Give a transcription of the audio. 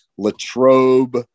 latrobe